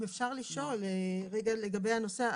אם אפר לשאול רגע לגבי הנושא.